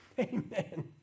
Amen